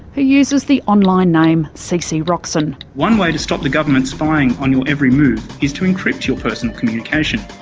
who uses the online name cc roxon. one way to stop the government spying on your every move is to encrypt your personal communication.